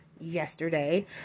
yesterday